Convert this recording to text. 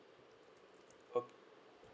oh